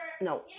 No